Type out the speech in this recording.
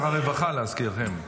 הרווחה, להזכירכם.